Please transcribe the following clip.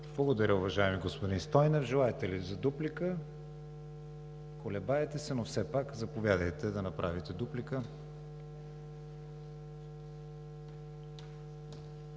Благодаря, уважаеми господин Стойнев. Желаете ли за дуплика? Колебаете се, но все пак заповядайте да направите дуплика.